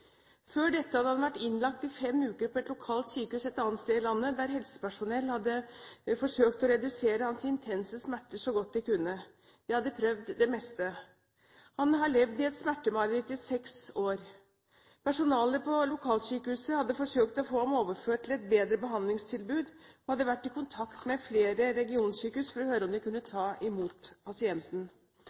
Før dette hadde han vært innlagt i fem uker på et lokalt sykehus et annet sted i landet, der helsepersonell hadde forsøkt å redusere hans intense smerter så godt de kunne. De hadde prøvd det meste. Han har levd i et smertemareritt i seks år. Personalet på lokalsykehuset hadde forsøkt å få ham overført til et bedre behandlingstilbud og hadde vært i kontakt med flere regionsykehus for å høre om de kunne ta imot pasienten.